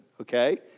Okay